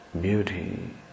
beauty